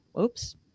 oops